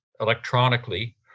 electronically